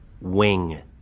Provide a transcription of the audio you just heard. Wing